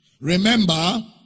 Remember